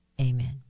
Amen